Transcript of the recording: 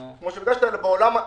כמו שביקשת, אלא בעולם התמיכה.